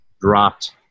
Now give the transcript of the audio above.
dropped